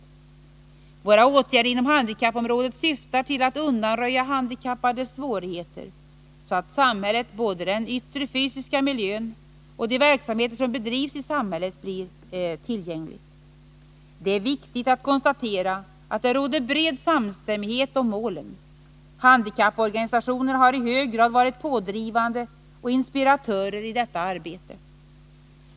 Våra åtgärder inom handikappområdet syftar till att undanröja handikappades svårigheter, så att samhället — både den yttre fysiska miljön och de verksamheter som bedrivs i samhället — blir tillgängligt. Det är viktigt att konstatera att det råder bred samstämmighet om målen. Handikapporganisationerna har i hög grad varit pådrivande och inspiratörer i detta arbete.